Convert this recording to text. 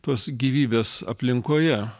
tos gyvybės aplinkoje